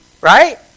Right